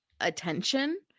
attention